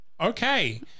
Okay